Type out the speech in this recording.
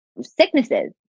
sicknesses